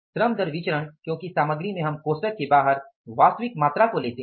श्रम दर विचरण क्योंकि सामग्री में हम कोष्ठक के बाहर वास्तविक मात्रा को लेते हैं